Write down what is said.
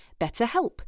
BetterHelp